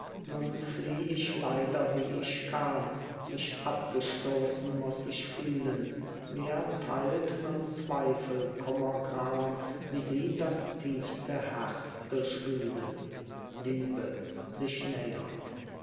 ich leider wie ich kam mich abgestoßen muß ich fühlen wer teilt nun zweifel kummer gram wie sie das tiefste herz durchwühlen liebe sich nähernd